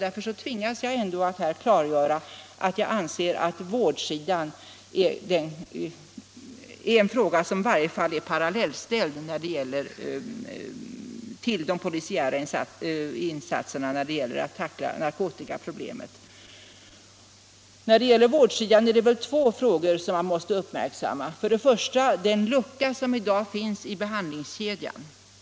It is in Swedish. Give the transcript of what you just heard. Därför tvingas jag ändå att här klargöra att jag anser att frågan om vården av narkomaner i varje fall måste tacklas parallellt med frågan om de polisiära insatserna. När det gäller vårdsidan är det flera frågor man måste uppmärksamma. För det första finns det i dag en lucka i behandlingskedjan.